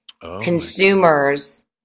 consumers